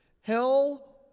Hell